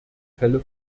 fälle